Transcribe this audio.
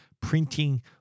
printing